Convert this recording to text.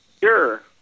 sure